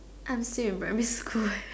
I'm still in primary school